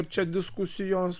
čia diskusijos